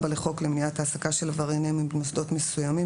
לחוק למניעת העסקה של עברייני מין במוסדות מסוימים,